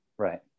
Right